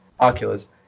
oculus